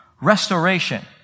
Restoration